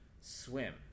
swim